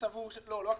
לא קייטנות.